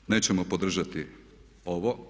Nadalje, nećemo podržati ovo